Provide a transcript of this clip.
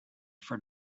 for